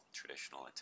traditional